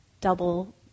double